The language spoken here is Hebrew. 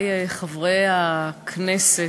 חברי חברי הכנסת,